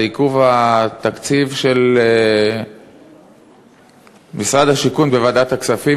עיכוב התקציב של משרד השיכון בוועדת הכספים,